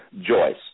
Joyce